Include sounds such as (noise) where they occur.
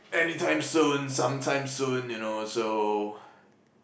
anytime soon some time soon you know so (breath)